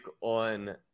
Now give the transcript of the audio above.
on